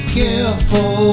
careful